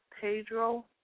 Pedro